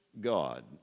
God